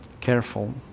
careful